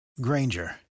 Granger